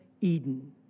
Eden